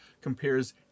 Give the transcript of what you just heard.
compares